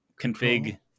config